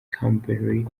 campbell